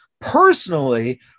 personally